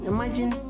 Imagine